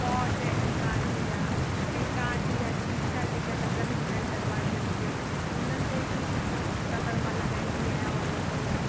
pot आहिनि कांच जा ऐं कांच जा शीशा जेका लॻियलु हूंदा आहिनि दरवाज़नि ते हुननि ते बि सुठो कलर मां लॻाईंदी आहियां औरि ऑयल कलर